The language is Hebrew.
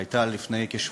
והיה כנס מאוד מעניין וחשוב.